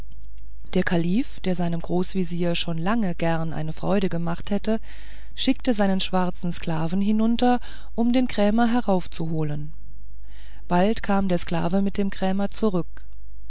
der kalif der seinem großvezier schon lange gern eine freude gemacht hätte schickte seinen schwarzen sklaven hinunter um den krämer heraufzuholen bald kam der sklave mit dem krämer zurück